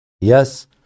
Yes